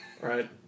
Right